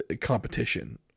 competition